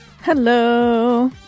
hello